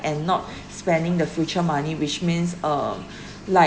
and not spending the future money which means um like